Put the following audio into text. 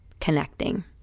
connecting